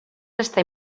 estar